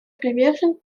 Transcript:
привержен